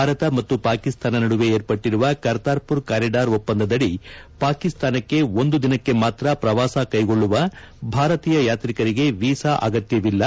ಭಾರತ ಮತ್ತು ಪಾಕಿಸ್ತಾನ ನಡುವೆ ಏರ್ಪಟ್ಟರುವ ಕರ್ತಾರ್ಮರ್ ಕಾರಿಡಾರ್ ಒಪ್ಪಂದದಡಿ ಪಾಕಿಸ್ತಾನಕ್ಕೆ ಒಂದು ದಿನಕ್ಕೆ ಮಾತ್ರ ಪ್ರವಾಸ ಕೈಗೊಳ್ಳುವ ಭಾರತೀಯ ಯಾತ್ರಿಕರಿಗೆ ವೀಸಾ ಅಗತ್ಯವಿಲ್ಲ